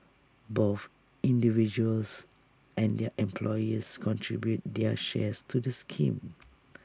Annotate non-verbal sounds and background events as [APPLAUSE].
both individuals and their employers contribute their shares to the scheme [NOISE]